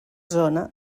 zona